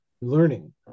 learning